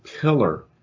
pillar